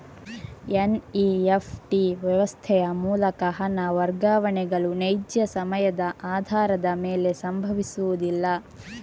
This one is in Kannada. ಎನ್.ಇ.ಎಫ್.ಟಿ ವ್ಯವಸ್ಥೆಯ ಮೂಲಕ ಹಣ ವರ್ಗಾವಣೆಗಳು ನೈಜ ಸಮಯದ ಆಧಾರದ ಮೇಲೆ ಸಂಭವಿಸುವುದಿಲ್ಲ